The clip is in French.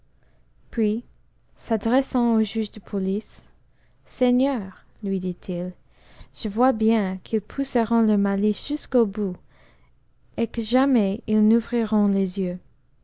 puis s'adressant au juge de police seigneur lui dit-il je vois bien qu'ils pousseront leur malice jusqu'au bout et que jamais ils n'ouvriront les yeux